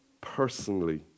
personally